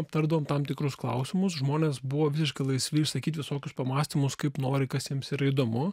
aptardavom tam tikrus klausimus žmonės buvo visiškai laisvi išsakyt visokius pamąstymus kaip nori kas jiems yra įdomu